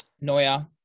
Neuer